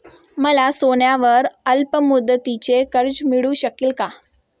मला सोन्यावर अल्पमुदतीचे कर्ज मिळू शकेल का?